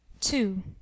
two